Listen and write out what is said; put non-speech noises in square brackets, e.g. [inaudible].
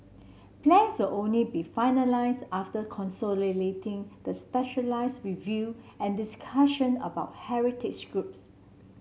plans will only be finalise after [unintelligible] the specialise review and discussion about heritage groups